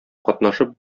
катнашып